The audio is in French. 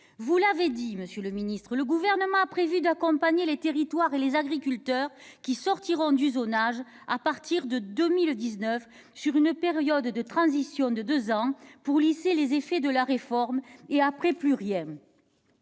Vous l'avez dit, le Gouvernement a prévu d'accompagner les territoires et les agriculteurs qui sortiront du zonage à partir de 2019, sur une période de transition de deux ans, pour lisser les effets de la réforme. Et après, plus rien